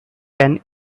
can